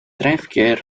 treinverkeer